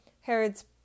Herod's